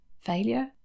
failure